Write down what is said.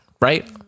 Right